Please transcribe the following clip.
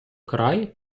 край